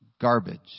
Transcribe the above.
garbage